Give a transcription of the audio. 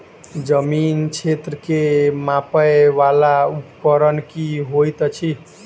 जमीन क्षेत्र केँ मापय वला उपकरण की होइत अछि?